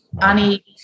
Annie